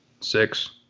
Six